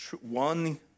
one